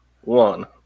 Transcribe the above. one